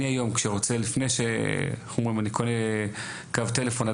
היום לפני שאני קונה קו טלפון,